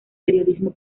periodismo